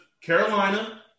Carolina –